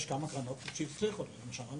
יש כמה קרנות שהבטיחו --- בסדר,